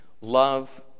love